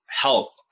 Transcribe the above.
health